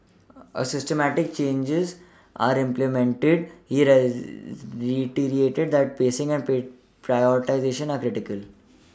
as systemic changes are implemented he reiterated that pacing and prioritisation are critical